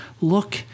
Look